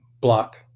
block